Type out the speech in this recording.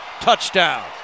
touchdown